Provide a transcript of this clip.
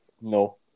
No